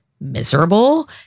miserable